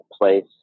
place